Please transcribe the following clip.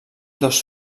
dos